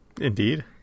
Indeed